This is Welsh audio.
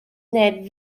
neb